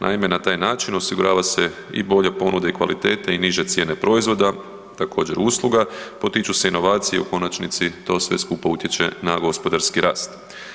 Naime, na taj način osigurava se i bolja ponuda i kvaliteta i niže cijene proizvoda također usluga, potiču se inovacije u konačnici to sve skupa utječe na gospodarski rast.